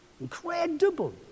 incredible